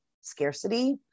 scarcity